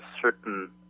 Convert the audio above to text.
certain